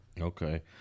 Okay